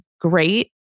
great